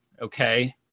Okay